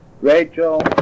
Rachel